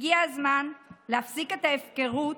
הגיע הזמן להפסיק את ההפקרות.